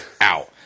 out